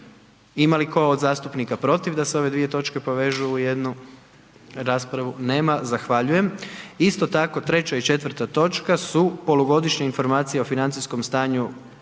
Ima li tko od zastupnik protiv da se ove dvije točke povežu u jednu raspravu? Nema. Zahvaljujem. Isto tako, treća i četvrta točka su Polugodišnja informacija o financijskom stanju,